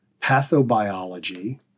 pathobiology